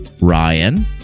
Ryan